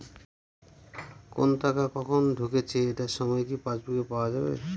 কোনো টাকা কখন ঢুকেছে এটার সময় কি পাসবুকে পাওয়া যাবে?